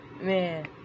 Man